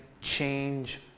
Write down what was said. change